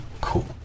Cool